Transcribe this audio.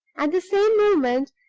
at the same moment,